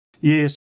Yes